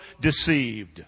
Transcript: deceived